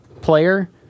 player